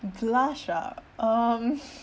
blush ah um